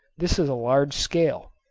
this is a large sale.